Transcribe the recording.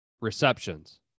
receptions